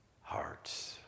hearts